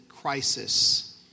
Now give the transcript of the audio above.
crisis